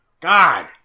god